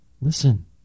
Listen